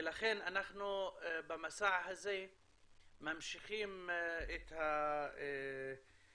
ולכן אנחנו במסע הזה ממשיכים את המנהג